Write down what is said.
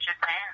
Japan